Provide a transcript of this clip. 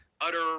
utter